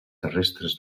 terrestres